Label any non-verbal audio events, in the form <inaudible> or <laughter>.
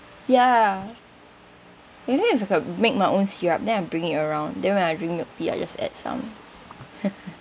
ya maybe if I make my own syrup then I bring it around then when I drink milk tea I just add some <laughs>